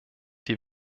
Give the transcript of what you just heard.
die